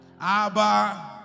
Abba